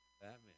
Batman